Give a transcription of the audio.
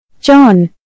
John